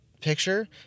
picture